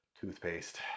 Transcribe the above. Toothpaste